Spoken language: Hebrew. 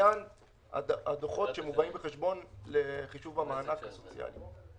לעניין הדוחות שמובאים בחשבון לחישוב המענק הסוציאלי.